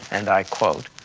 and i quote,